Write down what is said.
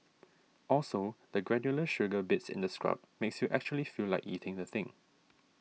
also the granular sugar bits in the scrub makes you actually feel like eating the thing